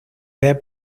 their